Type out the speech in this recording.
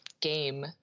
game